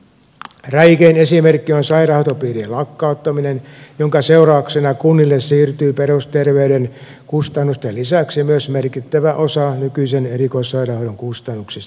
räikein esimerkki on sairaanhoitopiirien lakkauttaminen jonka seurauksena kunnille siirtyy perusterveydenhuollon kustannusten lisäksi myös merkittävä osa nykyisen erikoissairaanhoidon kustannuksista